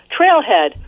Trailhead